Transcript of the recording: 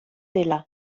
dela